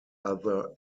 other